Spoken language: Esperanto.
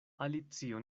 alicio